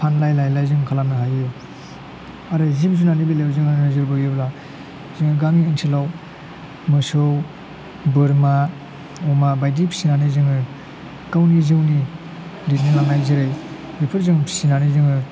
फानलाय लायलाय जों खालामनो हायो आरो जिब जुनारनि बेलायाव जोङो जौगायोब्ला जोङो गामि ओनसोलाव मोसौ बोरमा अमा बायदि फिसिनानै जोङो गावनि जिउनि दैदेनलांनायनि जेरै बेफोरजों फिसिनानै जोङो